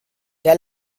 der